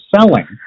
selling